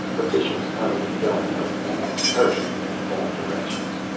officials coming and going like ants, hurrying in all directions.